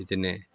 बिदिनो